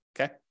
okay